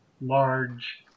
large